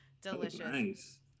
delicious